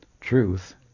truth